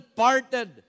parted